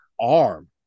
arm